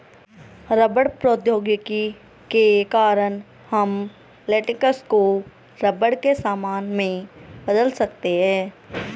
rubber प्रौद्योगिकी के कारण हम लेटेक्स को रबर के सामान में बदल सकते हैं